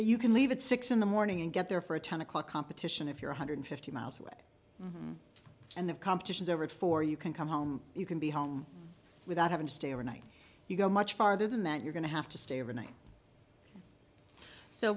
you can leave at six in the morning and get there for a ten o'clock competition if you're one hundred fifty miles away and the competition's over before you can come home you can be home without having to stay over night you go much farther than that you're going to have to stay over night so